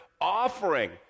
offering